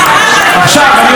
סליחה,